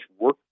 work